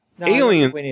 Aliens